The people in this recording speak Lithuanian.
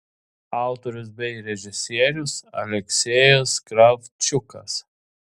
autorius bei režisierius aleksejus kravčiukas